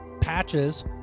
Patches